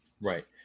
Right